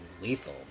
lethal